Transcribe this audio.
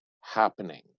happening